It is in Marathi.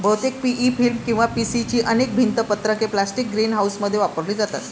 बहुतेक पी.ई फिल्म किंवा पी.सी ची अनेक भिंत पत्रके प्लास्टिक ग्रीनहाऊसमध्ये वापरली जातात